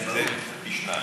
זה פי שניים.